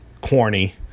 corny